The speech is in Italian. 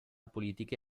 politiche